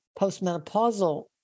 postmenopausal